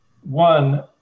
one